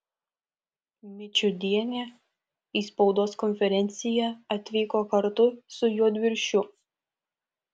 mičiudienė į spaudos konferenciją atvyko kartu su juodviršiu